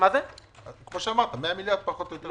שקל פחות או יותר.